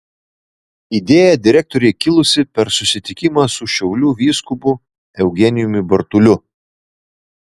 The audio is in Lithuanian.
idėja direktorei kilusi per susitikimą su šiaulių vyskupu eugenijumi bartuliu